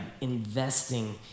investing